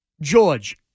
George